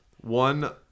One